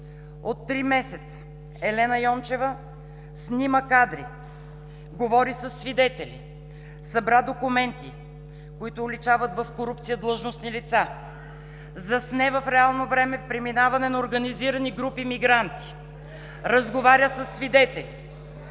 от три месеца Елена Йончева снима кадри, говори със свидетели, събра документи, които уличават в корупция длъжностни лица, засне в реално време преминаване на организирани групи мигранти, разговаря със свидетели